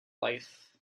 life